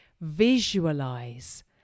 visualize